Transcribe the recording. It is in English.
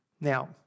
Now